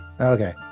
Okay